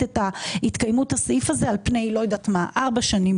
את התקיימות הסעיף הזה על פני ארבע שנים,